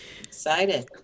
Excited